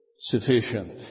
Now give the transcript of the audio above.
sufficient